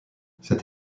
cette